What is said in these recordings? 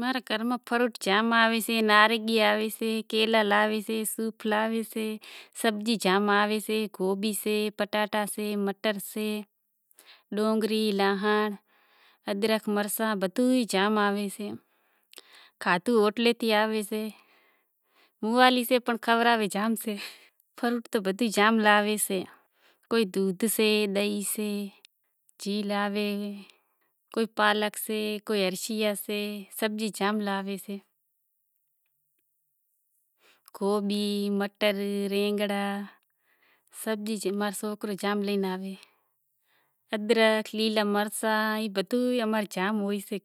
ماں رے گھر میں فروٹ زام آویسے گوبی سے پٹاٹا سے مٹر سے ڈونگری لاہنڑ مرساں بدہو ئی ہوٹلاں سیں آوے سے، موالی سے پنڑ کھورائے زام سے۔ فروٹ تو بدہی جام لاوے سے کوئی دودہ سے ڈئی سے پالک سے لاوے۔ گوبی مٹر بینگڑا سبزی ماں رو سوکرو زام لے آوے۔ ادرک لیلا مرچ بدہو ئی زام ہیئیسے۔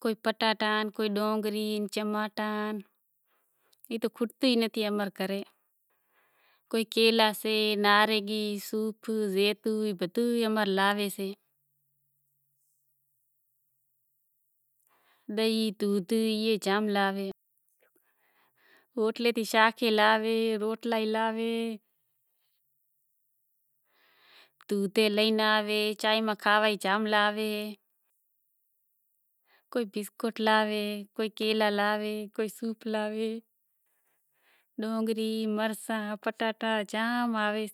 کوئی پٹاٹا کوئی ڈونگری کوئی صوف زیتون بدہو ئی لاوے سے۔ روٹلا ئی لاوے دودھے لئی آوے کوئی بسکوٹ لاوے کوئی کیلا لاوے کوئی صوف لاوے ڈونگری صوف پٹاٹا زام آوے